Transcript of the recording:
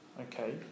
Okay